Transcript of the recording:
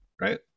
Right